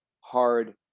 hard